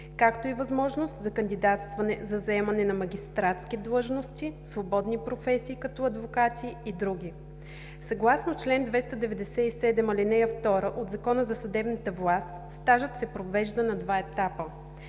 както и възможност за кандидатстване за заемане на магистратски длъжности, свободни професии като адвокати и други. Съгласно чл. 297, ал. 2 от Закона за съдебната власт, стажът се провежда на два етапа.